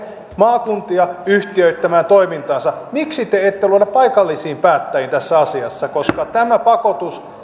maakuntia yhtiöittämään toimintansa miksi te ette luota paikallisiin päättäjiin tässä asiassa koska tämä pakotus